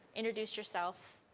introduce yourself.